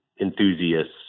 enthusiasts